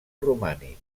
romànic